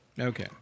Okay